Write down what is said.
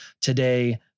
today